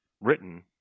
written